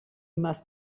must